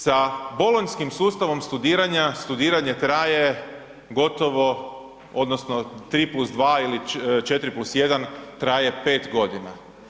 Sa bolonjskim sustavom studiranja studiranje traje gotovo odnosno 3+2 ili 4+1 traje 5 godina.